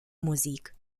musik